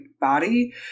body